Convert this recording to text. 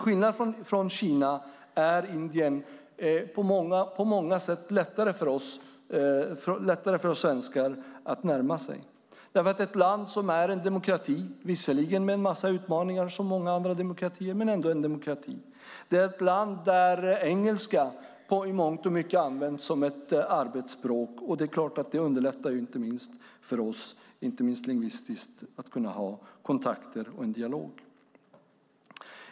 Indien är på många sätt lättare än Kina för svenskar att närma sig. Det är ett land som är en demokrati - visserligen med en massa utmaningar, som många andra demokratier, men ändå en demokrati. Det är ett land där engelska till stor del används som arbetsspråk. Det underlättar givetvis lingvistiskt för oss att ha kontakter och en dialog.